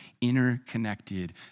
interconnected